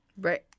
right